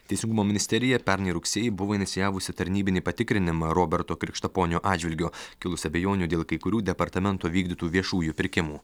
teisingumo ministerija pernai rugsėjį buvo inicijavusi tarnybinį patikrinimą roberto krikštaponio atžvilgiu kilus abejonių dėl kai kurių departamento vykdytų viešųjų pirkimų